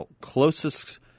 closest